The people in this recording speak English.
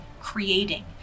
creating